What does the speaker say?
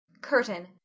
Curtain